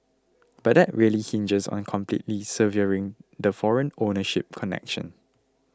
but that really hinges on completely severing the foreign ownership connection